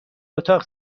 اتاق